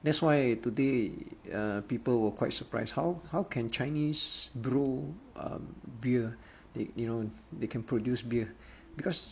that's why today uh people were quite surprise how how can chinese brew uh beer they you know they can produce beer because